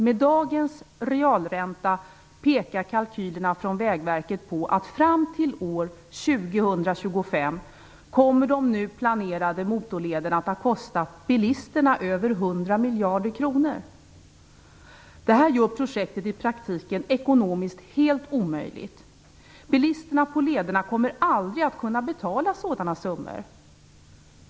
Med dagens realränta pekar kalkylerna från Vägverket på att fram till år 2025 kommer de nu planerade motorlederna att ha kostat bilisterna över 100 miljarder kronor. Detta gör projektet i praktiken ekonomiskt helt omöjligt. Bilisterna på lederna kommer aldrig att kunna betala sådana summmor.